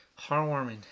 heartwarming